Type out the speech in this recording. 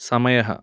समयः